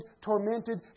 tormented